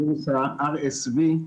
וירוס ה-RSV,